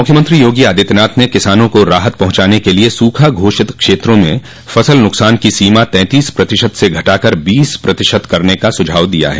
मुख्यमंत्री योगी आदित्यनाथ ने किसानों को राहत पहुंचाने के लिए सूखा घोषित क्षेत्रों में फसल नुकसान की सीमा तैंतीस प्रतिशत से घटाकर बीस प्रतिशत करने का सुझाव दिया है